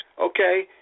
Okay